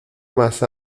más